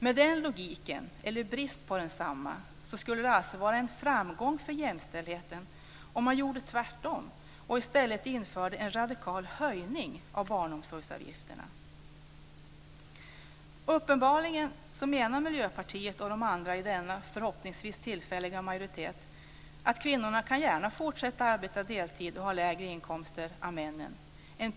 Med den logiken, eller bristen på densamma, skulle det alltså vara en framgång för jämställdheten om man gjorde tvärtom och i stället införde en radikal höjning av barnomsorgsavgifterna. Uppenbarligen menar Miljöpartiet och de andra i denna förhoppningsvis tillfälliga majoritet att kvinnorna gärna kan fortsätta att arbeta deltid och ha lägre inkomster än männen.